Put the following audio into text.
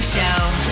Show